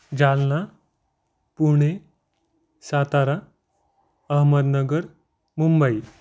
Jalna Pune Satara Ahmednagar Mumbai